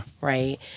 Right